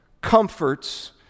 comforts